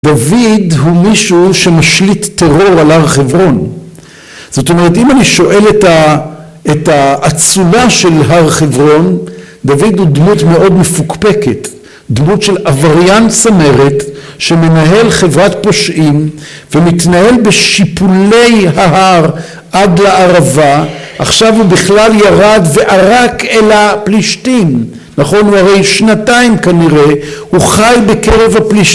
דוד הוא מישהו שמשליט טרור על הר חברון. זאת אומרת אם אני שואל את האצולה של הר חברון, דוד הוא דמות מאוד מפוקפקת, דמות של עבריין צמרת שמנהל חברת פושעים ומתנהל בשיפולי ההר עד לערבה עכשיו הוא בכלל ירד וערק אל הפלישתים נכון הוא הרי שנתיים כנראה הוא חי בקרב הפלישתים